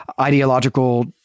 ideological